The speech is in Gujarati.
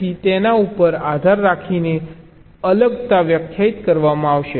તેથી તેમના ઉપર આધાર રાખીને અલગતા વ્યાખ્યાયિત કરવામાં આવશે